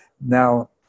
Now